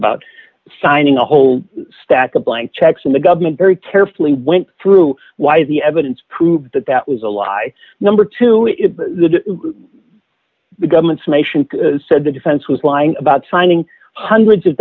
about signing a whole stack of blank checks and the government very carefully went through why the evidence proved that that was a lie number two the government's summation said the defense was lying about signing hundreds of